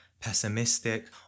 pessimistic